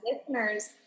listeners